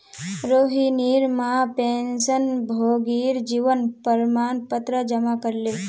रोहिणीर मां पेंशनभोगीर जीवन प्रमाण पत्र जमा करले